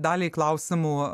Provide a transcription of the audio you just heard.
daliai klausimų